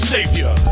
Savior